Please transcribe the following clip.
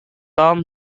tom